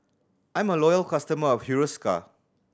I am a loyal customer of Hiruscar